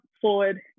forward